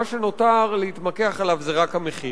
מה שנותר להתמקח עליו זה רק המחיר.